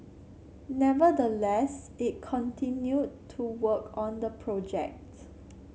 nevertheless it continued to work on the project